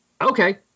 Okay